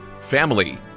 family